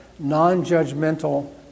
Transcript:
non-judgmental